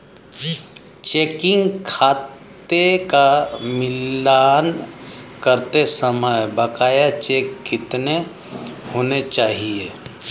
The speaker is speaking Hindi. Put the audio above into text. चेकिंग खाते का मिलान करते समय बकाया चेक कितने होने चाहिए?